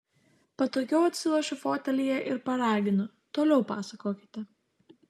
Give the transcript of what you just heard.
patogiau atsilošiu fotelyje ir paraginu toliau pasakokite